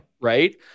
Right